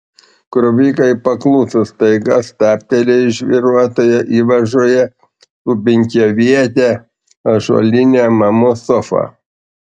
krovikai pakluso staiga stabtelėjo žvyruotoje įvažoje su penkiaviete ąžuoline mamos sofa